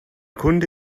kunde